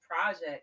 project